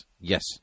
Yes